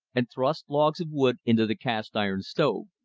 and thrust logs of wood into the cast-iron stove.